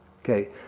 Okay